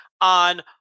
on